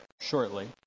shortly